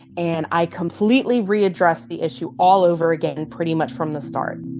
and i completely readdressed the issue all over again pretty much from the start